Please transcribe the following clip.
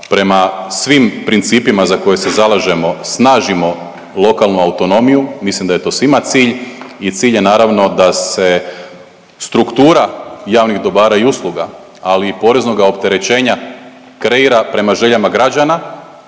prema svim principima za koje se zalažemo snažimo lokalnu autonomiju, mislim da je to svima cilj i cilj je naravno da se struktura javnih dobara i usluga, ali i poreznoga opterećenja kreira prema željama građana,